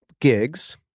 gigs